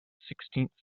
sixteenth